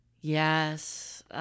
Yes